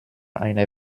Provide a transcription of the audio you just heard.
einer